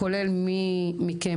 כולל מי מכם,